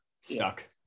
stuck